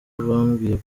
bambwiye